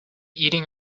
eating